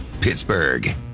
Pittsburgh